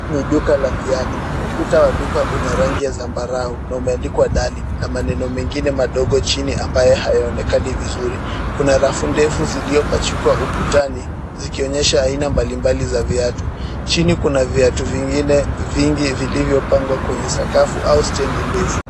Hii ni duka la viatu. Ukuta wa duka una rangi ya zambarau na umeandikwa darling na maneno mengine madogo chini ambaye hayaonekani vizuri. Kuna rafu ndefu ziliopachukwa ukutani zikionyesha aina mbalimbali za viatu. Chini kuna viatu vingine vingi vilivyopangwa kwenye sakafu au stendi ndefu.